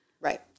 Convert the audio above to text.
Right